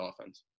offense